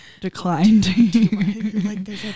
declined